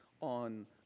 on